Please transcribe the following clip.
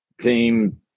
Team